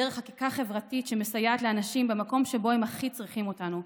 דרך חקיקה חברתית שמסייעת לאנשים במקום שבו הם הכי צריכים אותנו,